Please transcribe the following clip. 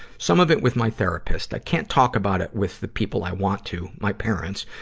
some of it with my therapist. i can't talk about it with the people i want to, my parents,